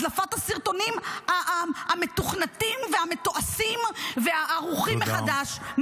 הדלפת הסרטונים המתוכנתים והמתועשים והערוכים מחדש?